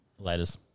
laters